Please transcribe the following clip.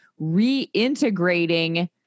reintegrating